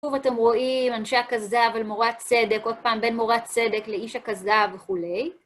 שוב אתם רואים אנשי הכזב על מורת צדק, עוד פעם בין מורת צדק לאיש הכזב וכו'.